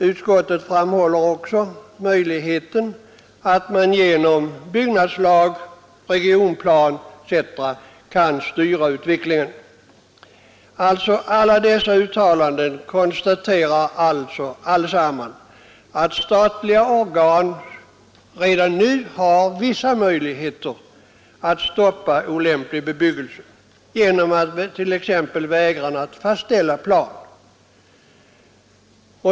Utskottet framhåller också möjligheten att genom byggnadslag, regionplan etc. styra utvecklingen. I alla dessa uttalanden konstateras det alltså att statliga organ redan nu har vissa möjligheter att stoppa olämplig bebyggelse, t.ex. genom vägran att fastställa plan.